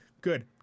good